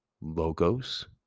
logos